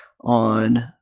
on